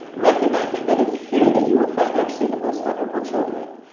recognizing that is here that you will find actually the most vulnerable children,